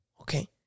okay